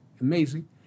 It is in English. amazing